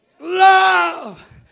love